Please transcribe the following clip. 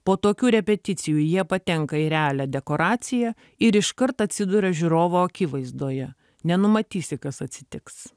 po tokių repeticijų jie patenka į realią dekoraciją ir iškart atsiduria žiūrovų akivaizdoje nenumatysi kas atsitiks